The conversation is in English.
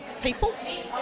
people